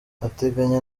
ateganya